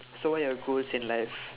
so what are your goals in life